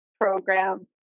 program